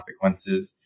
consequences